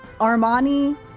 Armani